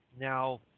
Now